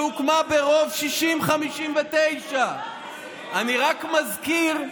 שהוקמה ברוב של 60:59. אני רק מזכיר,